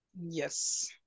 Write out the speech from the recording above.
Yes